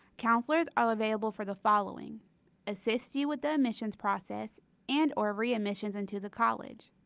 counselors are available for the following assist you with the admissions process and or readmission into the college.